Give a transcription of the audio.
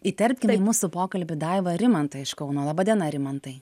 įterpkim į mūsų pokalbį daiva rimantą iš kauno laba diena rimantai